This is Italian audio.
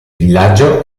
villaggio